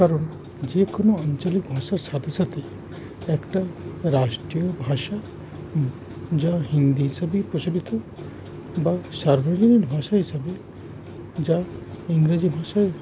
কারণ যে কোনো আঞ্চলিক ভাষার সাথে সাথে একটা রাষ্টীয় ভাষা যা হিন্দি হিসাবেই প্রচলিত বা সার্বজনীন ভাষা হিসাবে যা ইংরেজি ভাষায়